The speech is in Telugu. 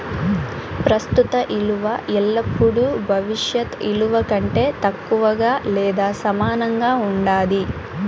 ప్రస్తుత ఇలువ ఎల్లపుడూ భవిష్యత్ ఇలువ కంటే తక్కువగా లేదా సమానంగా ఉండాది